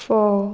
फोव